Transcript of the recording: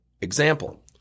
example